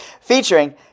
featuring